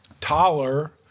taller